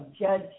judge